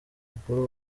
mukuru